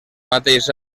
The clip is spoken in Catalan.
mateix